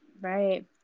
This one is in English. right